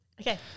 Okay